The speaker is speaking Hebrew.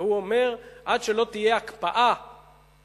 והוא אומר: עד שלא תהיה הקפאה מוחלטת